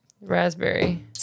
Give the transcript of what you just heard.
Raspberry